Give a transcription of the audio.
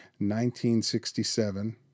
1967